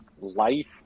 life